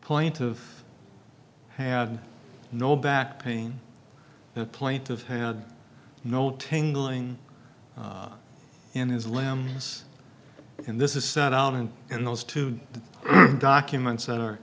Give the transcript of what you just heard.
point of had no back pain plaintive had no tangling in his limbs and this is set out and in those two documents that are